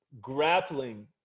grappling